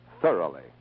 thoroughly